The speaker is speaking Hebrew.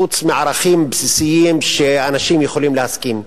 חוץ מערכים בסיסיים שאנשים יכולים להסכים,